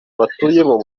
batuyemo